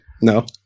No